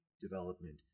development